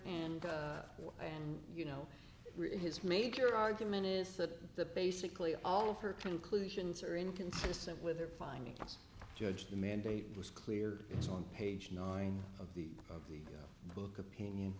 and i and you know has made your argument is that the basically all of her conclusions are inconsistent with their findings judge the mandate was clear it's on page nine of the of the book opinion